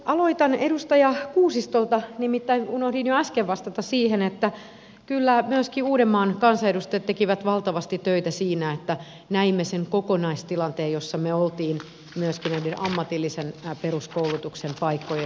aloitan edustaja kuusistosta nimittäin unohdin jo äsken vastata siihen että kyllä myöskin uudenmaan kansanedustajat tekivät valtavasti töitä siinä että näimme sen kokonaistilanteen jossa me olimme myös ammatillisen peruskoulutuksen paikkojen suhteen